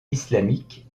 islamique